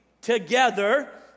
together